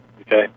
Okay